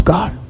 God